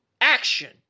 action